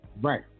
Right